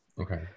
okay